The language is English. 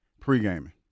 Pre-gaming